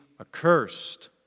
accursed